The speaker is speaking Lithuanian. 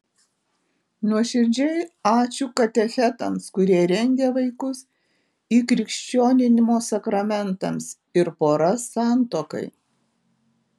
nuoširdžiai ačiū katechetams kurie rengia vaikus įkrikščioninimo sakramentams ir poras santuokai